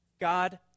God